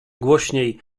głośniej